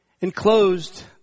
Enclosed